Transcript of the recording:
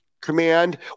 command